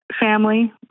family